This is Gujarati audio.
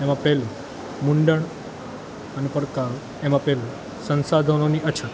એમા પહેલું મુંડણ અને પડકારો એમા પહેલું સંસાધનોની અછત